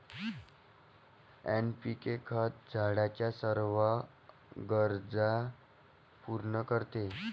NPK खत झाडाच्या सर्व गरजा पूर्ण करते